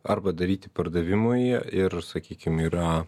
arba daryti pardavimui ir sakykim yra